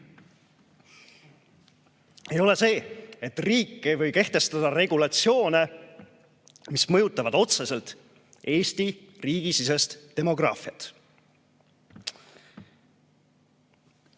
ei ole see, et riik ei või kehtestada regulatsioone, mis mõjutavad otseselt Eesti riigisisest demograafiat.